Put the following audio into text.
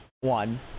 one